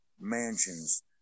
mansions